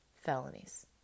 Felonies